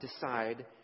decide